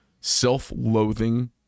self-loathing